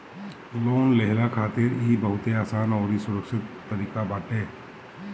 loan लेहला खातिर इ बहुते आसान अउरी सुरक्षित तरीका बाटे